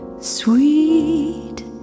sweet